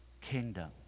kingdom